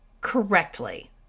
Correctly